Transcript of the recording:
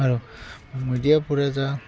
आरो मेडियाफोरा जा